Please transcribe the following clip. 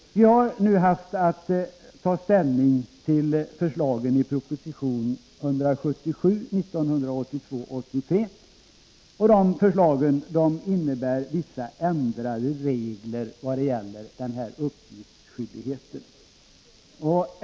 Vi har nu haft att ta ställning till förslagen i proposition 1982/83:177, vilka förslag innebär en ändring av reglerna i vad gäller uppgiftsskyldigheten.